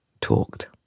talked